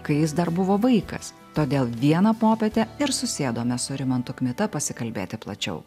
kai jis dar buvo vaikas todėl vieną popietę ir susėdome su rimantu kmita pasikalbėti plačiau